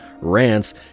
rants